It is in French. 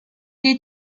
est